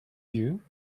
you